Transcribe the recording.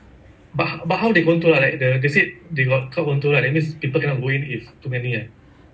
but but how do you want to like the is it they got come on to let in is it began when it's too many